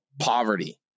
poverty